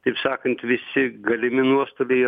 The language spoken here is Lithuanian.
taip sakant visi galimi nuostoliai